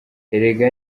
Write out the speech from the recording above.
erega